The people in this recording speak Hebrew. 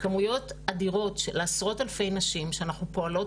כמויות אדירות של עשרות אלפי נשים שאנחנו פועלות